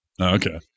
okay